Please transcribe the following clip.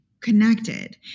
connected